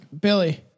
Billy